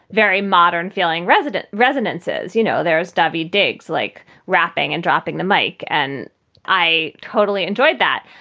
very modern feeling, resident resonances. you know, there's dubie diggs like rapping and dropping the mike. and i totally enjoyed that.